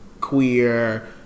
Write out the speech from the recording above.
queer